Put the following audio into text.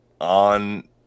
on